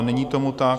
Není tomu tak.